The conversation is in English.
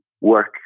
work